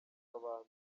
kabanda